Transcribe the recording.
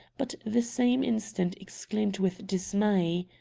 but the same instant exclaimed with dismay.